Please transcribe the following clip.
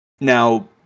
now